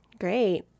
Great